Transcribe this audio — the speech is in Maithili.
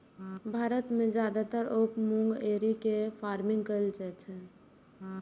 भारत मे जादेतर ओक मूंगा एरी के फार्मिंग कैल जाइ छै